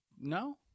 No